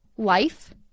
Life